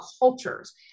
cultures